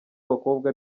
abakobwa